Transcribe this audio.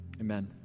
Amen